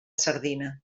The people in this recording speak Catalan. sardina